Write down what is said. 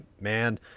man